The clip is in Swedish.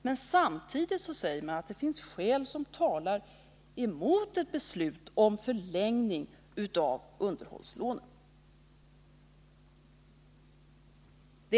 Men samtidigt säger man att det finns skäl som talar mot ett beslut om förlängning av underhållslånen.